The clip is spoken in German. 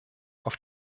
auf